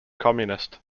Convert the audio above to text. communist